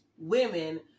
women